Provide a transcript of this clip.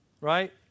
right